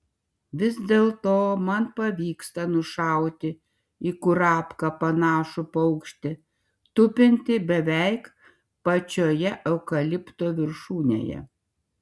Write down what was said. vis dėlto man pavyksta nušauti į kurapką panašų paukštį tupintį beveik pačioje eukalipto viršūnėje